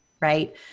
Right